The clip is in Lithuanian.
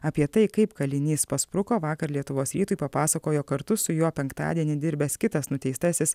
apie tai kaip kalinys paspruko vakar lietuvos rytui papasakojo kartu su juo penktadienį dirbęs kitas nuteistasis